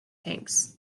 tanks